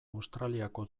australiako